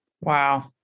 Wow